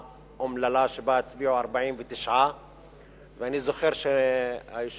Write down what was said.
אומללה שבה הצביעו 49. אני זוכר שהיושב-ראש,